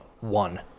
one